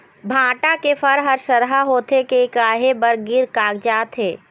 भांटा के फर हर सरहा होथे के काहे बर गिर कागजात हे?